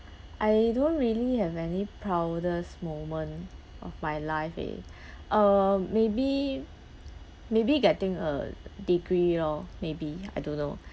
I don't really have any proudest moment of my life eh uh maybe maybe getting a degree loh maybe I don't know